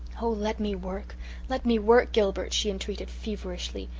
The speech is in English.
oh, let me work let me work, gilbert, she entreated feverishly.